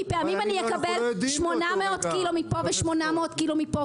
כי לפעמים אני אקבל 800 קילו מפה ו-800 קילו מפה.